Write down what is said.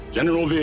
General